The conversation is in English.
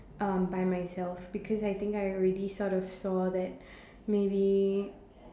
um by myself because I think I already sort of saw that maybe